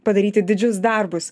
padaryti didžius darbus